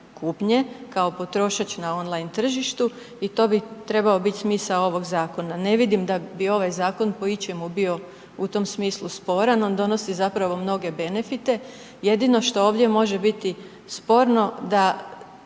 kupnje kao potrošač na on line tržištu i to bi trebao biti smisao ovog zakona. Ne vidim da bi ovaj zakon po ičemu bio u tom smislu sporan, on donosi zapravo mnoge benefite. Jedino što ovdje može biti sporno da